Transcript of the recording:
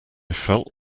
felt